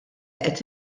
qed